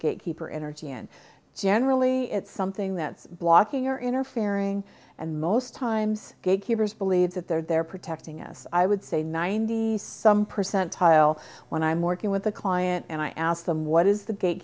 gatekeeper energy and generally it's something that's blocking or interfering and most times gatekeepers believe that they're there protecting us i would say ninety some percent tile when i'm working with a client and i ask them what is the